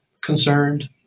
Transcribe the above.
concerned